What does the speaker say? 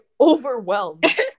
overwhelmed